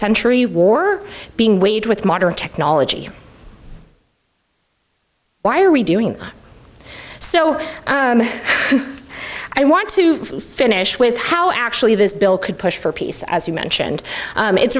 century war being waged with modern technology why are we doing so i want to finish with how actually this bill could push for peace as you mentioned it's